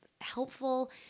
helpful